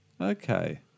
Okay